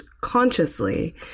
consciously